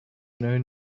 known